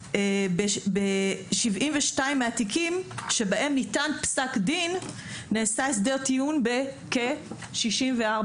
וב-72 מהתיקים שבהם ניתן פסק דין נעשה הסדר טיעון בכ-64%,